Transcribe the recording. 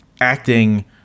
acting